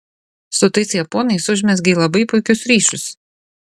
su tais japonais užmezgei labai puikius ryšius